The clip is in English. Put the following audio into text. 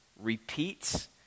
repeats